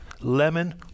lemon